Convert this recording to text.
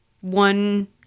one